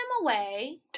away